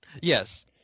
Yes